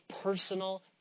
personal